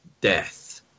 death